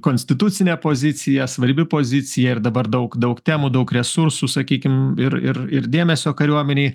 konstitucinė pozicija svarbi pozicija ir dabar daug daug temų daug resursų sakykim ir ir ir dėmesio kariuomenei